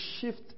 shift